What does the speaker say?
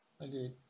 Agreed